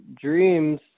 dreams